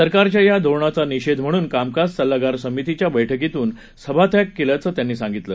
सरकारच्या या धोरणाचा निषेध म्हणून कामकाज सल्लागार समितीच्या बैठकीतून सभात्याग केल्याचं त्यांनी सांगितलं